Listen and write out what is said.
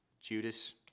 Judas